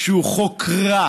שהוא חוק רע,